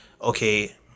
okay